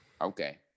Okay